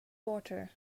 water